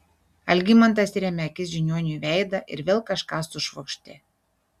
algimantas įrėmė akis žiniuoniui į veidą ir vėl kažką sušvokštė